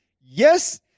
Yes